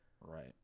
Right